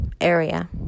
area